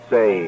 Say